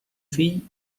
fill